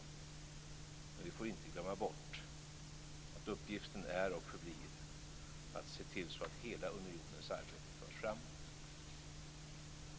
Men vi får inte glömma bort att uppgiften är och förblir att se till att hela unionens arbete förs framåt.